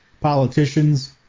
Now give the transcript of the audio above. politicians